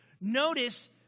Notice